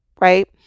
right